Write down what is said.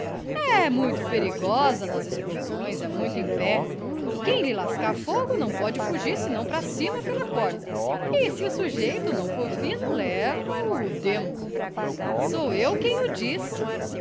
é muito perigosa nas explosões é muito em pé quem lhe lascar fogo não pode fugir senão para cima pela corda e se o sujeito não for fino leva-o o demo sou eu quem o diz